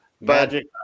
Magic